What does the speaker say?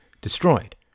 destroyed